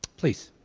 please.